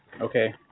okay